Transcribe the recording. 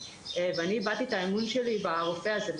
ואני איבדתי את האמון שלי ברופא הזה,